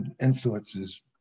influences